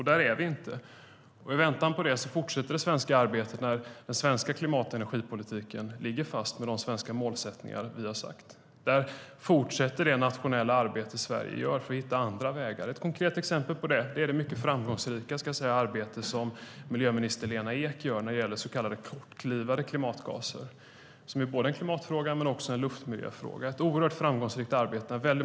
Där är vi inte, men i väntan på det fortsätter vårt arbete med den svenska klimat och energipolitiken där de svenska målsättningarna ligger fast. Det nationella arbete Sverige gör för att hitta andra vägar fortsätter. Ett konkret exempel på detta är det framgångsrika arbete som miljöminister Lena Ek gör när det gäller så kallade kortlivade klimatgaser. Det är både en klimatfråga och en luftmiljöfråga.